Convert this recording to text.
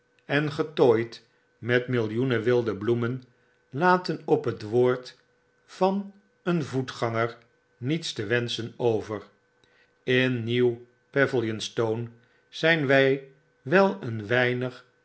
en getooid metmillioenen wildebloemen men op het woord van een voetganger niets te wenschen over tn nieuw pavilionstone zyn wy wel een weinig